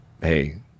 hey